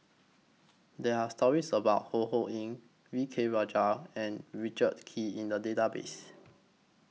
There Are stories about Ho Ho Ying V K Rajah and Richard Kee in The Database